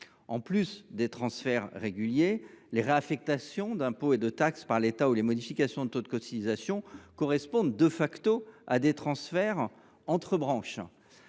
En plus des transferts réguliers, les réaffectations d’impôts et de taxes par l’État ou les modifications de taux de cotisation correspondent à des transferts entre branches.